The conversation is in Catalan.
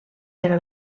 era